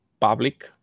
public